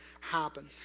happen